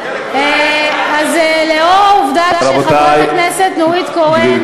אז לאור העובדה שחברת הכנסת נורית קורן מקבלת,